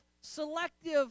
selective